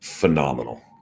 Phenomenal